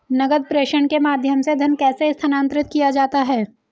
नकद प्रेषण के माध्यम से धन कैसे स्थानांतरित किया जाता है?